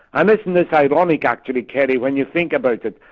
and isn't this ironic actually keri, when you think about it,